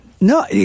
no